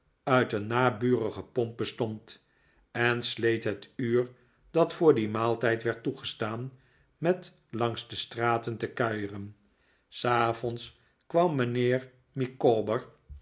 uit een naburige pomp bestond en sleet het uur dat voor dien maaltijd werd toegestaan met langs de straten te kuieren s avonds kwam mijnheer micawber